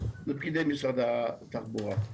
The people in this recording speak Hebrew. לפקידי משרד התחבורה.